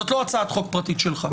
זאת לא הצעת חוק פרטית שלך.